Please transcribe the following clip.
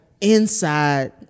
Inside